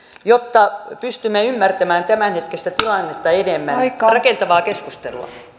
jotta pystymme ymmärtämään tämänhetkistä tilannetta enemmän rakentavaa keskustelua